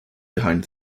behind